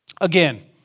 Again